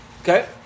Okay